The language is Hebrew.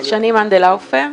הפנייה של משרד הביטחון אושרה.